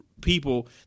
people